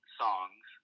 songs